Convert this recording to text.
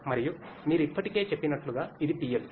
మరియు మీరు ఇప్పటికే చెప్పినట్లుగా ఇది PLC